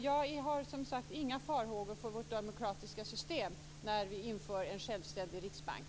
Jag har inga farhågor för vårt demokratiska system när vi inför en självständig riksbank.